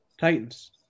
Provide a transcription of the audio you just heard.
Titans